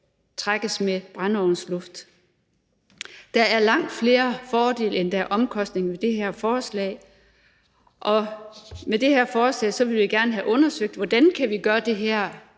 trækkes med brændeovnsluft. Der er langt flere fordele ved det her forslag, end der er omkostninger. Og med det her forslag vil vi gerne have undersøgt, hvordan vi også kan gøre det her